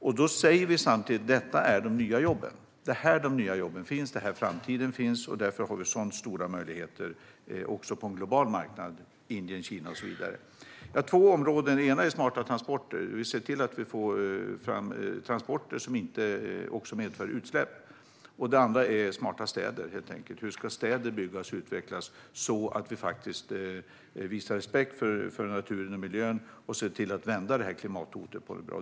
Samtidigt säger vi att det är här de nya jobben och framtiden finns. Därför har vi stora möjligheter också på en global marknad - Indien, Kina och så vidare. Jag kan nämna två områden. Det ena är smarta transporter. Vi ske se till att få fram transporter som inte medför utsläpp. Det andra är smarta städer, hur städer ska byggas och utvecklas med respekt för naturen och miljön. Vi ska se till att vända klimathotet.